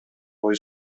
бою